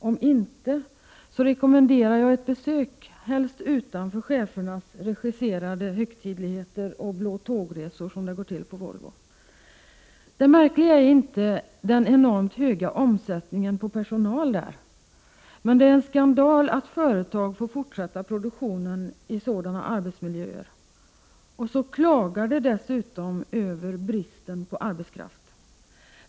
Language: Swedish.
Om inte så rekommenderar jag ett besök — helst utanför chefernas regisserade högtidligheter och ”Blå Tåg”-resor. Det märkliga är inte den enormt höga omsättningen på personal, men det är en skandal att företag får fortsätta produktionen i sådana arbetsmiljöer — och så klagar man dessutom över bristen på arbetskraft!